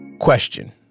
Question